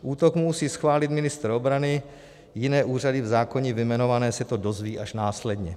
Útok mu musí schválit ministr obrany, jiné úřady v zákoně vyjmenované se to dozvědí až následně.